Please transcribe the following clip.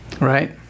Right